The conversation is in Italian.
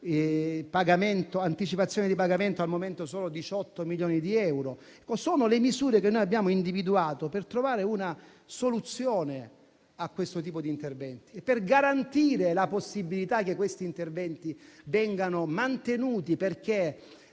anticipazioni di pagamento sono solo di 18 milioni di euro. Sono le misure che noi abbiamo individuato per trovare una soluzione per questo tipo di interventi e per garantire la possibilità che essi vengano mantenuti, perché